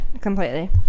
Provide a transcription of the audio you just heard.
completely